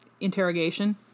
interrogation